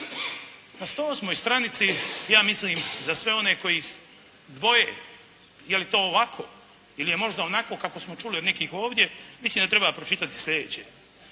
Na 108 stranici ja mislim za sve one koji dvoje je li to ovako ili je možda onako kako smo čuli od nekih ovdje, mislim da treba pročitati sljedeće.